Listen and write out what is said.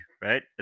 right